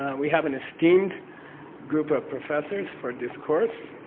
we have an esteemed group of professors for this course,